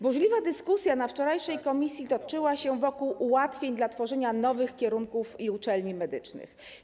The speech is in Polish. Burzliwa dyskusja na wczorajszym posiedzeniu komisji toczyła się wokół ułatwień dla tworzenia nowych kierunków i uczelni medycznych.